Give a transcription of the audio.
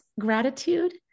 gratitude